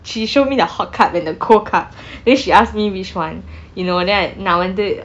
she showed me the hot cup and the cold cup then she asked me which [one] you know then நான் வந்து:naan vanthu